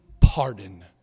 pardon